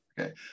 Okay